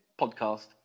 podcast